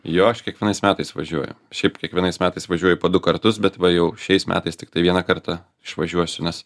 jo aš kiekvienais metais važiuoju šiaip kiekvienais metais važiuoju po du kartus bet va jau šiais metais tiktai vieną kartą išvažiuosiu nes